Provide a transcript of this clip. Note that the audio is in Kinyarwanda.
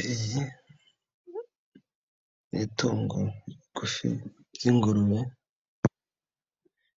Iri ni itungo rigufi ry'ingurube,